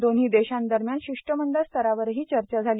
दोन्ही देशांदरम्यान शिष्टमंडळ स्तरावरही चर्चा झाली